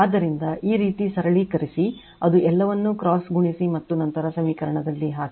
ಆದ್ದರಿಂದ ಈ ರೀತಿ ಸರಳೀಕರಿಸಿ ಅದು ಎಲ್ಲವನ್ನೂ ಕ್ರಾಸ್ ಕುಣಿಸಿ ಮತ್ತು ನಂತರ ಸಮೀಕರಣದಲ್ಲಿ ಹಾಕಿ